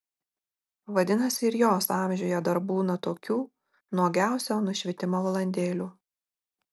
vadinasi ir jos amžiuje dar būna tokių nuogiausio nušvitimo valandėlių